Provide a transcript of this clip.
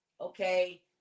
okay